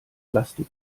plastik